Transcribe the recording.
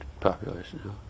population